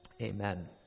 Amen